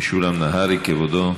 משולם נהרי, כבודו